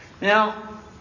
Now